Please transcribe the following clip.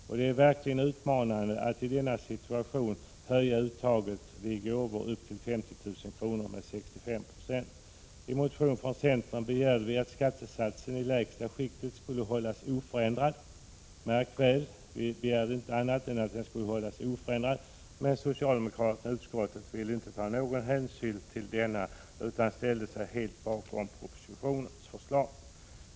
Och det är verkligen utmanande att i denna situation höja uttaget vid gåvor upp till 50 000 kr. med 65 96. I en motion från centern begärde vi att skattesatsen i det lägsta skiktet skulle hållas oförändrad — märk väl, inte annat än att den skulle hållas oförändrad — men socialdemokraterna i utskottet ville inte ta någon hänsyn till motionen utan ställde sig helt bakom propositionens förslag.